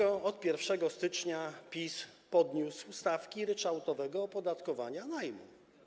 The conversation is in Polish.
Od 1 stycznia PiS podniósł stawki ryczałtowego opodatkowania najmu.